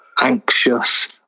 anxious